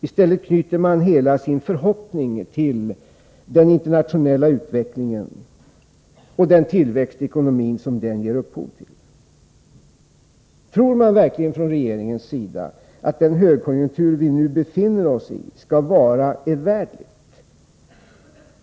I stället knyter man helt sina förhoppningar till den internationella utvecklingen och till den tillväxt i ekonomin som den ger upphov till. Tror man verkligen inom regeringen att den högkonjunktur vi nu befinner oss i skall vara för evärdlig tid?